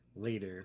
later